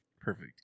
Perfect